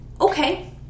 Okay